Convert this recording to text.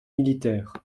militaires